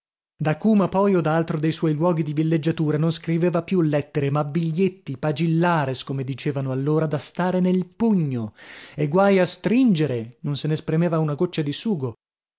da cuma poi o da altro dei suoi luoghi di villeggiatura non scriveva più lettere ma biglietti pagillares come dicevano allora da stare nel pugno e guai a stringere non se ne spremeva una goccia di sugo